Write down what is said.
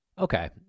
Okay